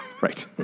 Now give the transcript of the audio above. Right